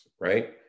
right